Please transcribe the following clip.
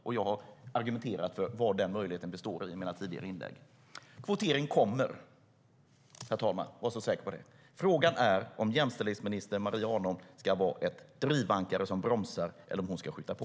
Jag har i mina tidigare inlägg argumenterat för vari den möjligheten består. Kvotering kommer, herr talman. Var så säker på det! Frågan är om jämställdhetsminister Maria Arnholm ska vara ett drivankare som bromsar eller om hon ska skjuta på.